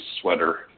sweater